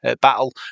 battle